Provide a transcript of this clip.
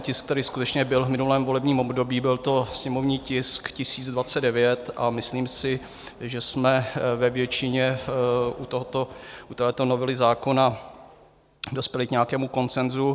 Tisk tady skutečně byl v minulém volebním období, byl to sněmovní tisk 1029 a myslím si, že jsme ve většině u této novely zákony dospěli k nějakému konsenzu.